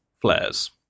flares